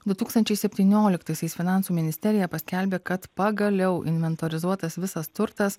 du tūkstančiai septynioliktaisiais finansų ministerija paskelbė kad pagaliau inventorizuotas visas turtas